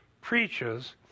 preaches